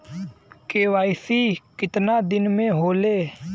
KYC कितना दिन में होले?